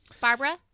Barbara